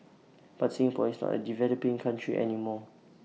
but Singapore is not A developing country any more